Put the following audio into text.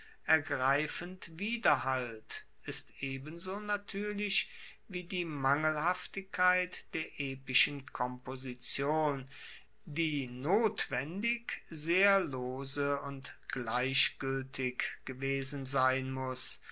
ergreifend widerhallt ist ebenso natuerlich wie die mangelhaftigkeit der epischen komposition die notwendig sehr lose und gleichgueltig gewesen sein muss